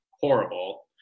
horrible